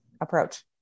approach